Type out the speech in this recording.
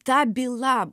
ta byla